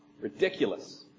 Ridiculous